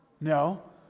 No